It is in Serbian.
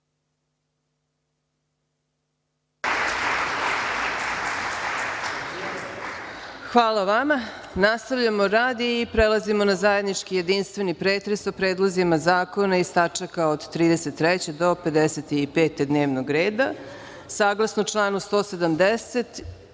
Hvala vama. Nastavljamo rad. Prelazimo na zajednički jedinstveni pretres o predlozima zakona iz tačka od 33. do 55. dnevnog